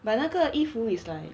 but 那个衣服 is like